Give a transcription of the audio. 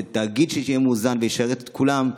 שהתאגיד יהיה מאוזן וישרת את כולם.